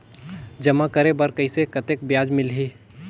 जमा करे बर कइसे कतेक ब्याज मिलही?